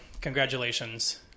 Congratulations